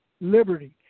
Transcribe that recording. liberty